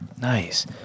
Nice